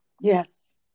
Yes